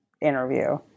interview